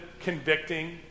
convicting